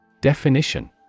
Definition